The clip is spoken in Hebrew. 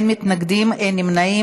אין מתנגדים, אין נמנעים.